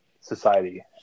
society